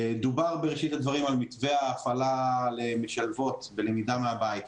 דובר בראשית הדברים על מתווה ההפעלה למשלבות בלמידה מהבית.